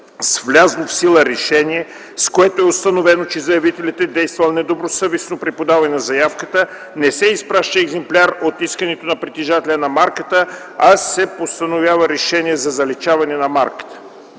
влязло в сила решение, с което е установено, че заявителят е действал недобросъвестно при подаване на заявката, не се изпраща екземпляр от искането на притежателя на марката, а се постановява решение за заличаване на марката.”